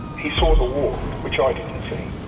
he saw the war, which i didn't see,